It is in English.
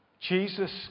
Jesus